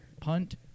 Punt